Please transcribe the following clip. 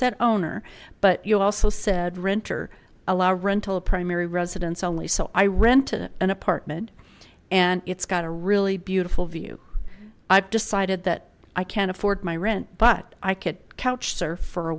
said owner but you also said renter allow rental a primary residence only so i rent an apartment and it's got a really beautiful view i've decided that i can't afford my rent but i could couch surf for a